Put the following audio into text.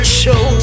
show